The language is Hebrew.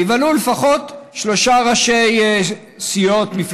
נבהלו לפחות שלושה ראשי סיעות בקואליציה,